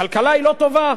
הכלכלה היא לא טובה.